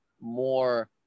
more